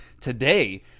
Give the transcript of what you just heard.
today